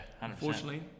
unfortunately